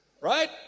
right